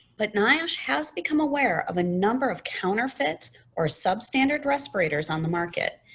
but niosh has become aware of a number of counterfeit or substandard respirators on the market.